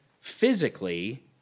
physically